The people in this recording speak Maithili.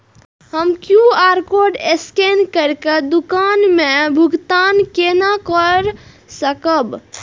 हम क्यू.आर कोड स्कैन करके दुकान में भुगतान केना कर सकब?